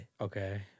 Okay